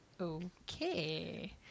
Okay